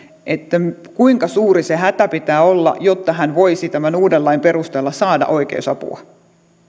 että kuinka suuri sen hädän pitää olla jotta hän voisi tämän uuden lain perusteella saada oikeusapua